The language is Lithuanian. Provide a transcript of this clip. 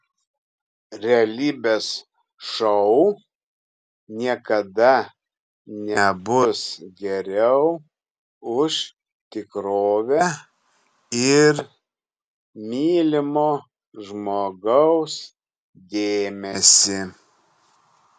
realybės šou niekada nebus geriau už tikrovę ir mylimo žmogaus dėmesį